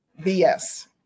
BS